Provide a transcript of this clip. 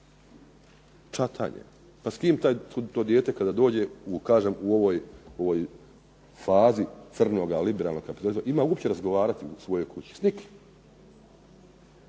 čatanje. Pa s kim to dijete kada dođe kažem u ovoj fazi crnog liberalnog kapitalizma ima uopće razgovarati u svojoj kući? S nikim.